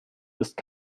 ist